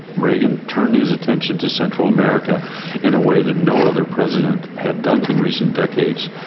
reagan turned his attention to central america in a way that no other president had done in recent decades.